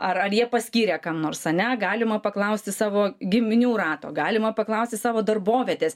ar ar jie paskyrė kam nors ane galima paklausti savo giminių rato galima paklaust savo darbovietės